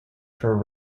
for